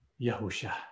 Yahusha